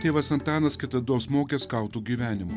tėvas antanas kitados mokė skautų gyvenimo